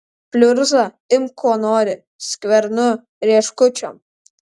pliurzą imk kuo nori skvernu rieškučiom